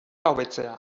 hobetzea